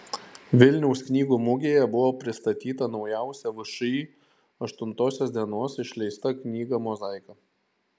vilniaus knygų mugėje buvo pristatyta naujausia všį aštuntosios dienos išleista knyga mozaika